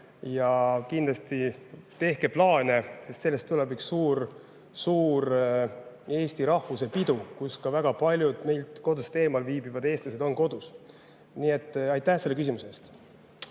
Ja kindlasti tehke plaane, sest sellest tuleb kui üks suur eesti rahvuse pidu, kus ka väga paljud meilt kodust eemal viibivad eestlased on kodus. Nii et aitäh selle küsimuse